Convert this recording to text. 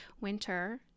winter